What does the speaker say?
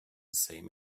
same